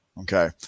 Okay